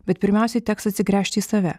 bet pirmiausiai teks atsigręžti į save